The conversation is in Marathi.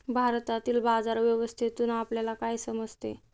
भारतातील बाजार व्यवस्थेतून आपल्याला काय समजते?